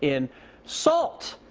in salt.